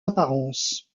apparences